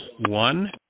one